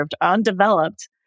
undeveloped